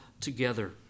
together